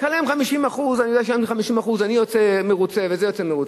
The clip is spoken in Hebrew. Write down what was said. תשלם 50%. אני יודע שאם אני משלם 50% אני יוצא מרוצה וזה יוצא מרוצה.